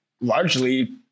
largely